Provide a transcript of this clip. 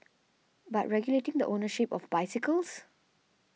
but regulating the ownership of bicycles